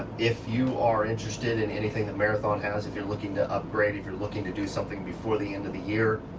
if you are interested in anything that marathon has, if you're looking to upgrade, if you're looking to do something before the end of the year,